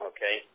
Okay